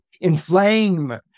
inflame